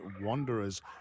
Wanderers